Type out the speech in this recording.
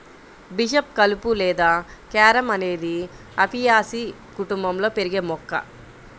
bishop కలుపు లేదా carom అనేది అపియాసి కుటుంబంలో పెరిగే మొక్క